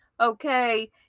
okay